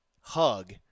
hug